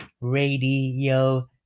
Radio